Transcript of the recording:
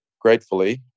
gratefully